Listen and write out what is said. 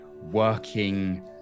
working